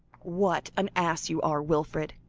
what an ass you are, wilfred,